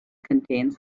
contains